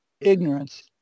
ignorance